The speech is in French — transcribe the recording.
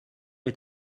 est